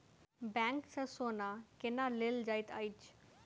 bank सँ सोना केना लेल जाइत अछि